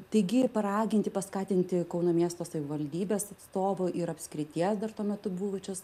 taigi paraginti paskatinti kauno miesto savivaldybės atstovų ir apskrities dar tuo metu buvusios